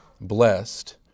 blessed